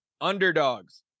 underdogs